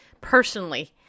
personally